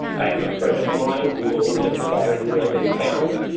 i have a friend of mine who owns a bar and grill in town.